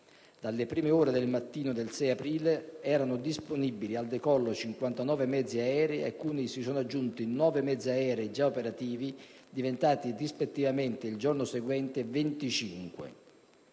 Dalle prime ore del mattino del 6 aprile erano disponibili al decollo 59 mezzi aerei a cui si sono aggiunti 9 mezzi aerei già operativi, diventati rispettivamente il giorno seguente 25